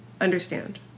understand